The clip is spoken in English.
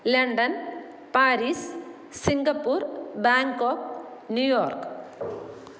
London Paris Singapore Bangkok New York